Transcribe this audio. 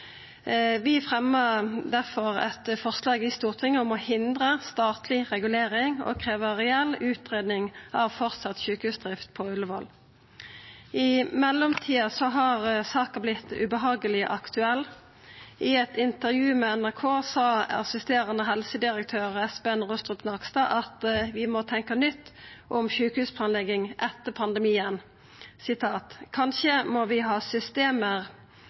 Vi fremjar difor eit forslag i Stortinget om å hindra statleg regulering og krevja reell utgreiing av å fortsetja sjukehusdrifta på Ullevål. I mellomtida har saka vorte ubehageleg aktuell. I eit intervju med NRK sa assisterande helsedirektør Espen Rostrup Nakstad at vi må tenkja nytt om sjukehusplanlegging etter pandemien: «Kanskje må vi ha